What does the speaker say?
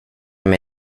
mig